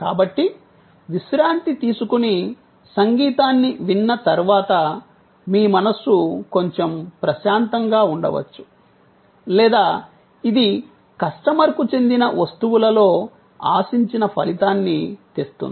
కాబట్టి విశ్రాంతి తీసుకుని సంగీతాన్ని విన్న తర్వాత మీ మనస్సు కొంచెం ప్రశాంతంగా ఉండవచ్చు లేదా ఇది కస్టమర్కు చెందిన వస్తువులలో ఆశించిన ఫలితాన్ని తెస్తుంది